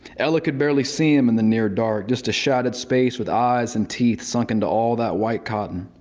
ella could barely see him in the near dark. just a shadowed space with eyes and teeth sunk into all that white cotton.